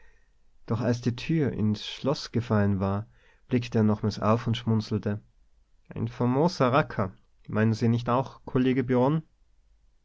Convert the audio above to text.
doch als die tür ins schloß gefallen war blickte er nochmals auf und schmunzelte ein famoser racker meinen sie nicht auch kollege